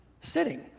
sitting